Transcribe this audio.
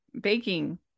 baking